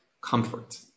Comfort